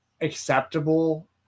acceptable